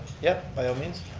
yeah, by all means.